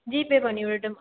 GPay பண்ணிவிடட்டுமா